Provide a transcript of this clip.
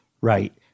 right